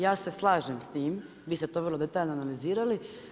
Ja se slažem s tim, vi ste to vrlo detaljno analizirali.